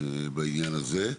בעניין הזה.